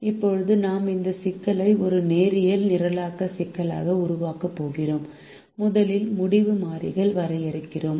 இப்போது நாம் இந்த சிக்கலை ஒரு நேரியல் நிரலாக்க சிக்கலாக உருவாக்கப் போகிறோம் முதலில் முடிவு மாறிகள் வரையறுக்கிறோம்